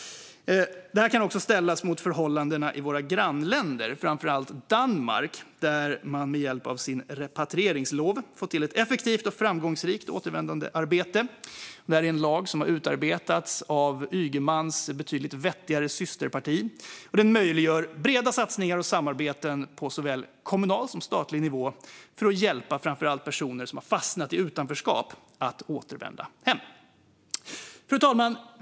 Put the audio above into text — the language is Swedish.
Det här kan också ställas mot förhållandena i våra grannländer - framför allt Danmark, där man med hjälp av sin repatrieringslov fått till ett effektivt och framgångsrikt återvändandearbete. Detta är en lag som har utarbetats av Ygemans betydligt vettigare systerparti och som möjliggör breda satsningar och samarbeten på såväl kommunal som statlig nivå för att hjälpa framför allt personer som har fastnat i utanförskap att återvända hem. Fru talman!